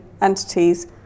entities